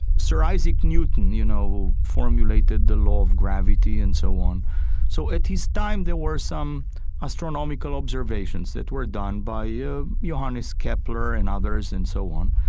sir isaac newton, you know, who formulated the law of gravity and so on so at his time there were some astronomical observations that were done by johannes kepler and others and so on.